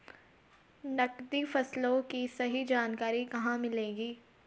नकदी फसलों की सही जानकारी कहाँ मिलेगी?